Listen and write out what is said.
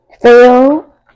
fail